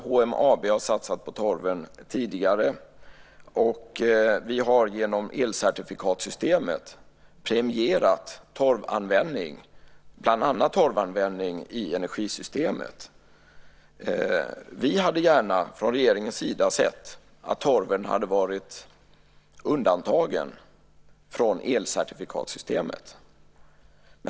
HMAB har satsat på torven tidigare. Vi har genom elcertifikatssystemet premierat bland annat torvanvändning i energisystemet. Vi hade från regeringens sida gärna sett att torven hade varit undantagen från elcertifikatssystemet.